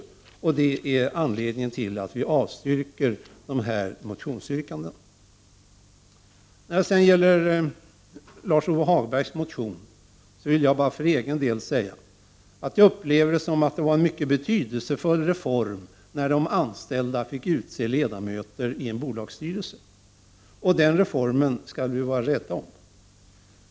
Det är anledningen till att vi avstyrker motionsyrkandena. När det gäller Lars-Ove Hagbergs motion vill jag för egen del säga att det var en mycket betydelsefull reform när de anställda fick utse ledamöter i en bolagsstyrelse och att vi skall vara rädda om den reformen.